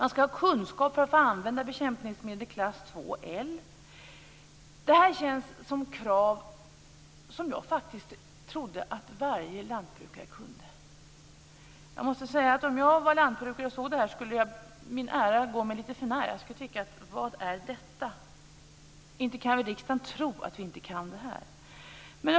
Man skall ha kunskap för att få använda bekämpningsmedel klass 2 L. Det här känns som krav på någonting som jag faktiskt trodde att varje lantbrukare i Sverige kunde. Vad är detta? Inte kan väl riksdagen tro att vi inte kan det här?